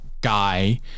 guy